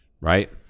right